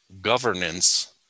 governance